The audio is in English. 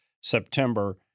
September